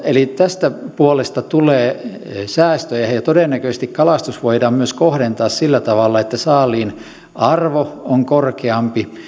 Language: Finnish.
eli tästä puolesta tulee säästöjä ja todennäköisesti kalastus voidaan myös kohdentaa sillä tavalla että saaliin arvo on korkeampi